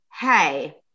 Hey